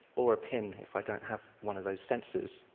or a pin if i don't have one of those sensors.